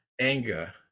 anger